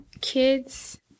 Kids